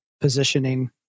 positioning